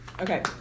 Okay